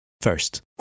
First